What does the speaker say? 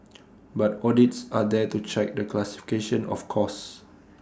but audits are there to check the classification of costs